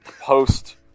post